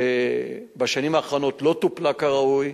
שבשנים האחרונות לא טופלה כראוי,